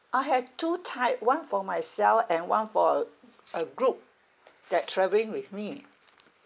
I have two type one for myself and one for a a group that travelling with me